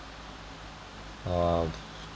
um